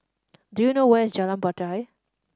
do you know where is Jalan Batai